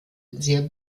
sehr